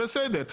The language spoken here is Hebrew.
בסדר.